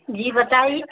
جی بتائیے